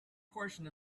portion